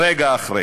רגע אחרי.